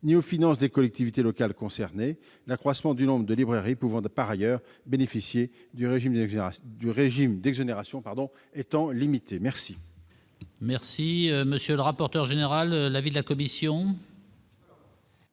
ni aux finances des collectivités locales concernées, l'accroissement du nombre de librairies qui peuvent, par ailleurs, bénéficier du régime d'exonération étant limité. Quel